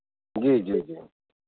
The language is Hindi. जी जी जी